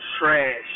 trash